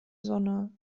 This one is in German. sonne